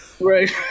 Right